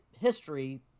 history